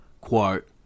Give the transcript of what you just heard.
quote